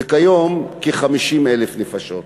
וכיום כ-50,000 נפשות.